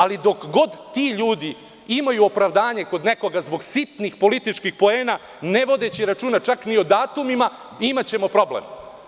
Ali, dok god ti ljudi imaju opravdanje kod nekoga zbog sitnih političkih poena, ne vodeći računa čak ni o datumima, imaćemo problem.